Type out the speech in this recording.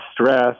stress